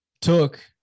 took